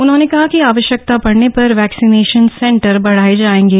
उन्होंने कहा कि आवश्यकता पड़ने पर वैक्सीनेशन सेंटर बढ़ाए जाएंगे